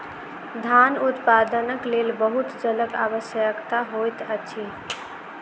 धान उत्पादनक लेल बहुत जलक आवश्यकता होइत अछि